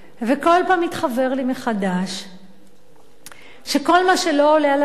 כל פעם מתחוור לי מחדש שכל מה שלא עולה על הדעת